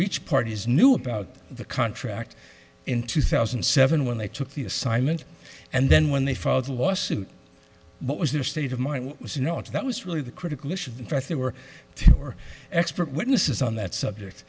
reach parties knew about the contract in two thousand and seven when they took the assignment and then when they filed the lawsuit what was their state of mind what was not that was really the critical issue in fact they were our expert witnesses on that subject